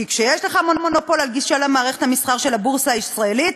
כי כשיש לך מונופול על גישה למערכת המסחר של הבורסה הישראלית,